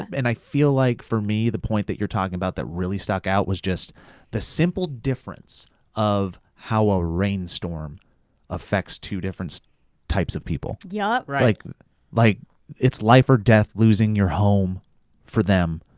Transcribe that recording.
and i feel like for me, the point that you're talking about that really stuck out was just the simple difference of how a rain storm affects two different types of people. yeah like like it's life or death losing your home for them,